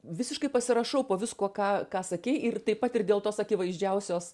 visiškai pasirašau po viskuo ką ką sakei ir taip pat ir dėl tos akivaizdžiausios